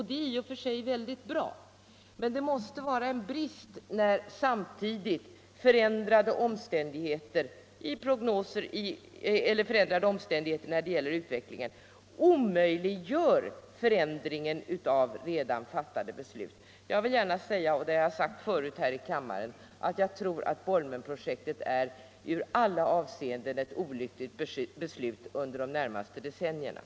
Det är i och för sig väldigt bra, men det måste vara en brist när samtidigt förändrade omständigheter omöjliggör en ändring av redan fattade beslut. Jag vill gärna säga — jag har sagt det förut i kammaren — att jag tror att Bolmenprojektet under de närmaste decennierna kommer att vara ett i alla avseenden olyckligt beslut.